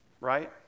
right